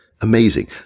Amazing